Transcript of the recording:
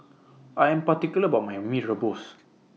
I Am particular about My Mee Rebus